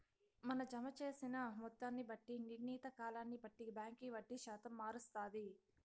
మన జమ జేసిన మొత్తాన్ని బట్టి, నిర్ణీత కాలాన్ని బట్టి బాంకీ వడ్డీ శాతం మారస్తాది